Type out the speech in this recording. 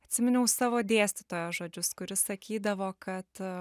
atsiminiau savo dėstytojo žodžius kuris sakydavo kad